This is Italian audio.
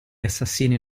assassini